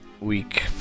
week